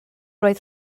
roedd